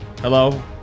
Hello